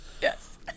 Yes